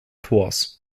tors